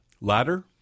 Ladder